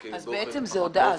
בעצם זאת הודעה.